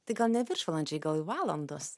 tai gal ne viršvalandžiai gal jau valandos